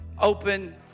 Open